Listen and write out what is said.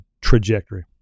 trajectory